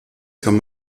kann